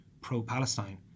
pro-Palestine